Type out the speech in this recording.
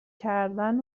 کردن